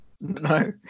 No